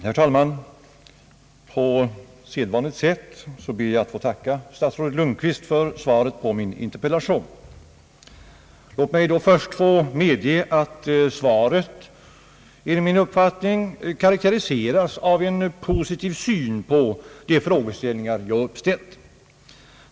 Herr talman! På sedvanligt sätt ber jag att få tacka statsrådet Lundkvist för svaret på min interpellation. Låt mig då först få medge att svaret enligt min uppfattning karakteriseras av en positiv syn på de frågor jag uppställt.